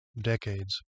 decades